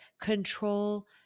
control